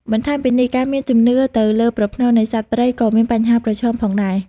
បន្ថែមពីនេះ ការមានជំនឿទៅលើប្រផ្នូលនៃសត្វព្រៃក៏មានបញ្ហាប្រឈមផងដែរ។